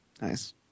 Nice